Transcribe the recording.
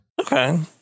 Okay